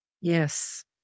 Yes